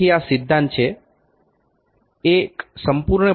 તેથી આ સિદ્ધાંત છે એક સંપૂર્ણ પરિભ્રમણ માત્ર 0